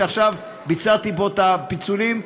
שעכשיו ביצעתי בו את הפיצולים.